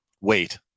Wait